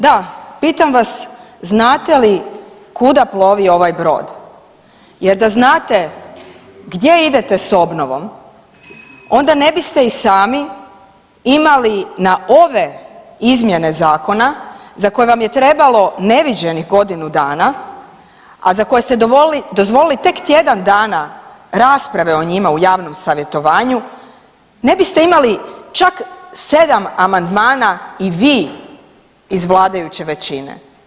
Da, pitam vas znate li kuda plovi ovaj brod, jer da znate gdje idete s obnovom onda ne biste i sami imali na ove izmjene zakona za koje vam je trebalo neviđenih godinu dana, a za koje ste dozvolili tek tjedan dana rasprave o njima u javnom savjetovanju, ne biste imali čak 7 amandmana i vi iz vladajuće većine.